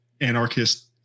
anarchist